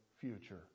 future